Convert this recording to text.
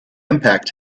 impact